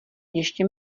ještě